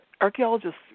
Archaeologists